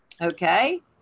okay